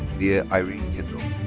leah irene kindell.